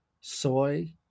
soy